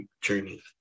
journey